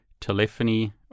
telephony